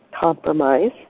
compromise